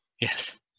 Yes